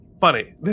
Funny